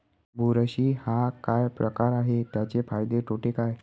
बुरशी हा काय प्रकार आहे, त्याचे फायदे तोटे काय?